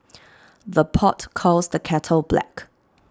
the pot calls the kettle black